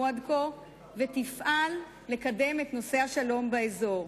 עד כה ותפעל לקדם את נושא השלום באזור.